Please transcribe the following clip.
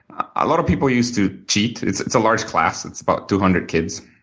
a lot of people used to cheat. it's it's a large class. it's about two hundred kids.